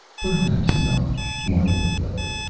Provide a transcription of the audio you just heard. perhaps not, martin reflected,